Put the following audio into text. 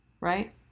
right